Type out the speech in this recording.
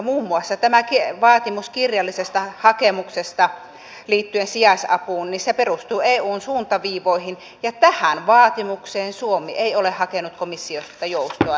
muun muassa tämä vaatimus kirjallisesta hakemuksesta liittyen sijaisapuun perustuu eun suuntaviivoihin ja tähän vaatimukseen suomi ei ole hakenut komissiosta joustoa